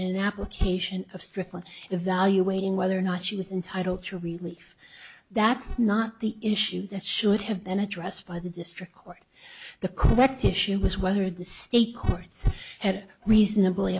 application of strictly evaluating whether or not she was entitled to really that's not the issue that should have been addressed by the district court the correct issue was whether the state courts had reasonably